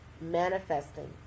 manifesting